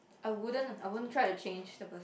I wouldn't ah I won't try to change the person